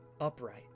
upright